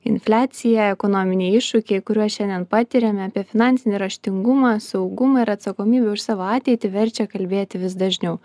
infliacija ekonominiai iššūkiai kuriuos šiandien patiriame apie finansinį raštingumą saugumą ir atsakomybę už savo ateitį verčia kalbėti vis dažniau